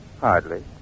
Hardly